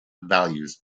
values